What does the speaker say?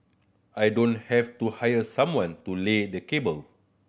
I don't have to hire someone to lay the cable